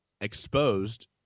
exposed